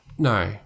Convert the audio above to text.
No